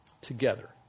together